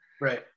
right